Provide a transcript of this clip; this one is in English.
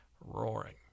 Roaring